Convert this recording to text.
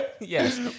Yes